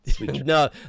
No